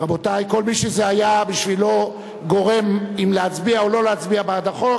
כל מי שזה היה בשבילו גורם אם להצביע או לא להצביע בעד החוק,